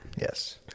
Yes